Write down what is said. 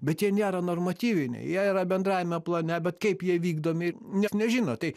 bet jie nėra normatyviniai jie yra bendrajame plane bet kaip jie vykdomi nieks nežino tai